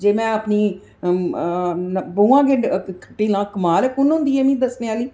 जे में अपनी कमाल ऐ कु'न होंदी मिगी दस्सने आह्ली